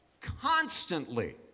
constantly